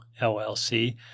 LLC